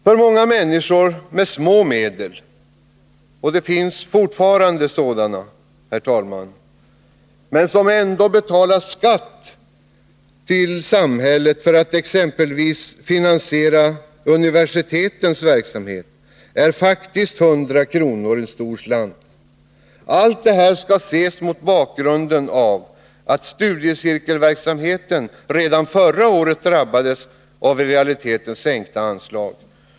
För många människor med små medel — och det finns fortfarande sådana — men som ändå betalar skatt till samhället för att exempelvis finansiera universitetens verksamhet är faktiskt 100 kr. en stor slant. Allt detta skall ses mot bakgrunden av att studiecirkelverksamheten redan förra året drabbades av i realiteten sänkta anslag.